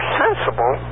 sensible